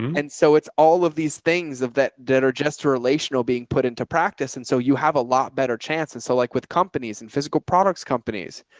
and so it's all of these things of that debt or just to relational being put into practice. and so you have a lot better chance. and so like with companies and physical products companies,